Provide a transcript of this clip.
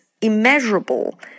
immeasurable